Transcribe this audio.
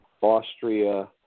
Austria